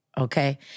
Okay